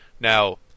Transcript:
Now